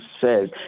says